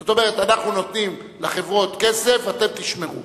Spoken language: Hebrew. זאת אומרת: אנחנו נותנים לחברות כסף, אתם תשמרו.